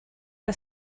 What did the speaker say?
que